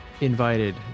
invited